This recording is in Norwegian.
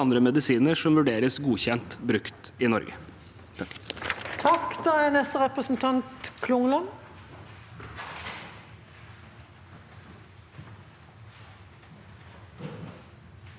medisiner som vurderes godkjent til bruk i Norge.